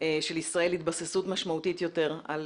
של ישראל להתבססות משמעותית יותר על